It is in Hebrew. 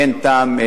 כי אין טעם,